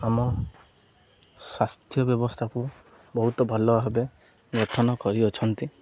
ଆମ ସ୍ୱାସ୍ଥ୍ୟ ବ୍ୟବସ୍ଥାକୁ ବହୁତ ଭଲ ଭାବେ ଗଠନ କରିଅଛନ୍ତି